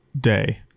day